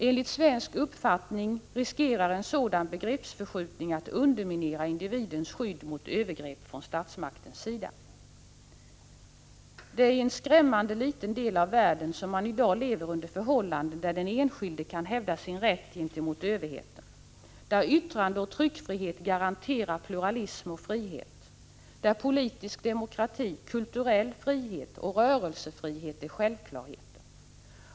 Enligt svensk uppfattning riskerar en sådan begreppsförskjutning att underminera individens skydd mot övergrepp från statsmaktens sida. Det är i en skrämmande liten del av världen som man i dag lever under förhållanden där den enskilde kan hävda sin rätt gentemot överheten, där yttrandeoch tryckfrihet garanterar pluralism och frihet, där politisk demokrati, kulturell frihet och rörelsefrihet är självklarheter.